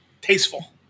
tasteful